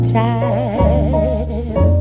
time